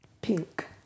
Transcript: Pink